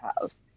house